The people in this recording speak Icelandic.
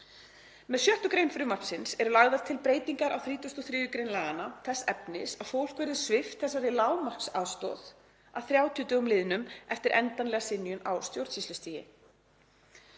Með 6. gr. frumvarpsins eru lagðar til breytingar á 33. gr. laganna þess efnis að fólk verði svipt þessari lágmarksaðstoð að 30 dögum liðnum eftir endanlega synjun á stjórnsýslustigi.